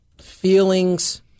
feelings